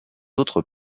autres